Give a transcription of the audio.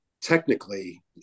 technically